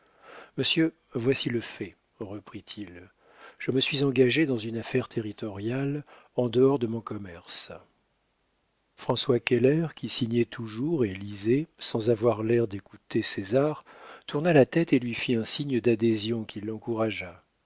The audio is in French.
monsieur voici le fait reprit-il je me suis engagé dans une affaire territoriale en dehors de mon commerce françois keller qui signait toujours et lisait sans avoir l'air d'écouter césar tourna la tête et lui fit un signe d'adhésion qui l'encouragea